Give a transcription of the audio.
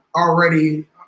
already